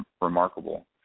remarkable